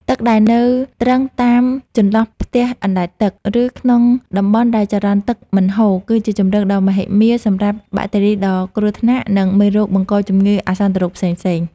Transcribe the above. ទឹកដែលនៅទ្រឹងតាមចន្លោះផ្ទះអណ្ដែតទឹក ឬក្នុងតំបន់ដែលចរន្តទឹកមិនហូរ គឺជាជម្រកដ៏មហិមាសម្រាប់បាក់តេរីដ៏គ្រោះថ្នាក់ និងមេរោគបង្កជំងឺអាសន្នរោគផ្សេងៗ។